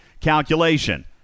calculation